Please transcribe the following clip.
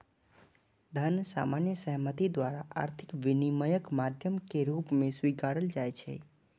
धन सामान्य सहमति द्वारा आर्थिक विनिमयक माध्यम के रूप मे स्वीकारल जाइ छै